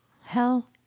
Hell